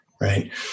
right